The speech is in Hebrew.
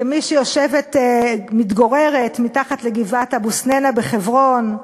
כמי שמתגוררת מתחת לגבעת אבו-סנינה בחברון,